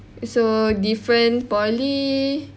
so different poly